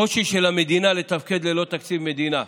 קושי של המדינה לתפקד ללא תקציב מדינה.